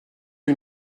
who